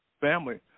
family